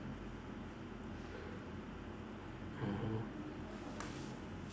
mmhmm